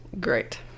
great